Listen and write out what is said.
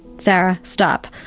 sarah, stop,